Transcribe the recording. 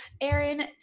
Aaron